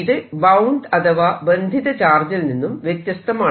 ഇത് ബൌണ്ട് അഥവാ ബന്ധിത ചാർജിൽ നിന്നും വ്യത്യസ്തമാണ്